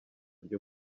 ryo